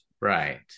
Right